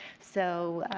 so,